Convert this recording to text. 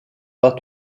pas